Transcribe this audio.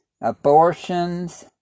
abortions